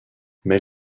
mais